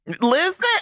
Listen